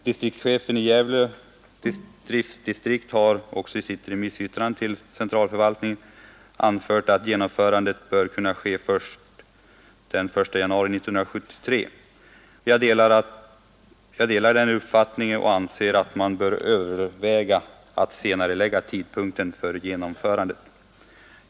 Distriktschefen i Gävle driftdistrikt har också i sitt remissyttrande till centralförvaltningen anfört att genomförandet bör ske först den 1 januari 1973. Jag delar den uppfattningen och anser att man borde överväga att senarelägga genomförandet.